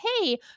hey